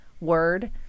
word